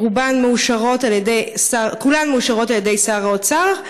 כולם מאושרים על-ידי שר האוצר,